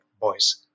boys